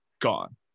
gone